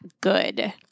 good